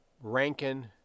Rankin